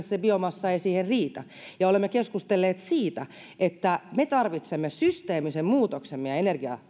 se biomassa ei siihen riitä ja olemme keskustelleet siitä että me tarvitsemme systeemisen muutoksen meidän